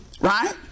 Right